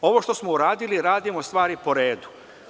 Ovo što smo uradili, radimo stvari po redu.